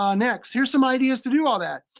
um next, here's some ideas to do all that.